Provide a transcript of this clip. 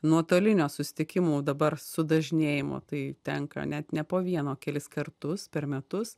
nuotolinio susitikimų dabar sudažnėjimo tai tenka net ne po vieną o kelis kartus per metus